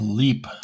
leap